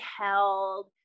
held